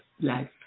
life